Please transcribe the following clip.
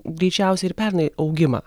greičiausiai ir pernai augimą